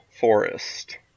Forest